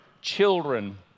children